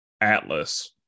Atlas